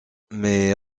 mais